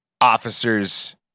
officers